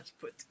put